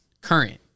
Current